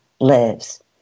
lives